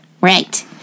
Right